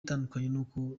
itandukanye